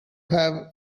have